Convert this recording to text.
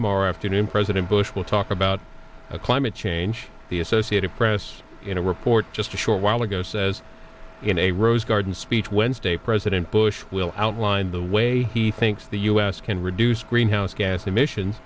tomorrow afternoon president bush will talk about a climate change the associated press in a report just a short while ago says in a rose garden speech wednesday president bush will outline the way he thinks the u s can reduce greenhouse gas emissions